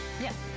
Yes